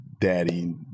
daddy